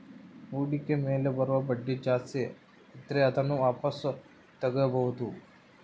ಹೂಡಿಕೆ ಮೇಲೆ ಬರುವ ಬಡ್ಡಿ ಜಾಸ್ತಿ ಇದ್ರೆ ಅದನ್ನ ವಾಪಾಸ್ ತೊಗೋಬಾಹುದು